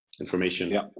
information